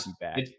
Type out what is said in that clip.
back